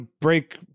break